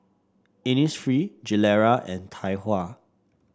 Innisfree Gilera and Tai Hua